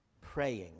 praying